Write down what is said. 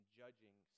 judging